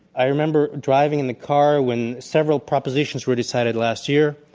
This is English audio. i remember driving in the car when several propositions were decided last year.